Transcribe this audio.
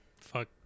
fuck